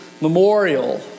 memorial